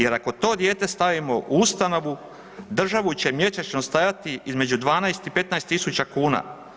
Jer ako to dijete stavimo u ustavu, državu će mjesečno stajati između 12 i 15 000 kuna.